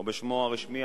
או בשמו הרשמי,